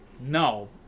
No